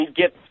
get